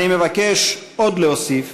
אני מבקש להוסיף,